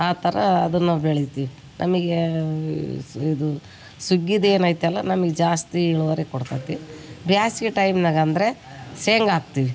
ಆ ಥರ ಅದನ್ನ ಬೆಳಿತೀವಿ ನಮಗೇ ಇದು ಸುಗ್ಗಿ ದಿನ ಐತಲ್ಲ ನಮಗ್ ಜಾಸ್ತಿ ಇಳುವರಿ ಕೊಡ್ತತಿ ಬೇಸ್ಗಿ ಟೈಮ್ನಾಗ ಅಂದರೆ ಶೇಂಗಾ ಹಾಕ್ತಿವಿ